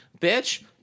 bitch